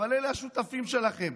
אבל אלה השותפים שלכם,